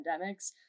pandemics